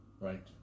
right